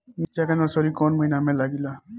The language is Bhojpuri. मिरचा का नर्सरी कौने महीना में लागिला?